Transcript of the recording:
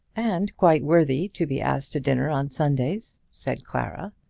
and quite worthy to be asked to dinner on sundays, said clara.